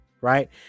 right